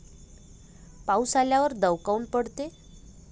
पाऊस आल्यावर दव काऊन पडते?